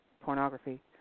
pornography